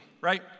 right